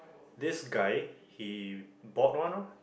this guy he bought one lor